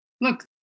look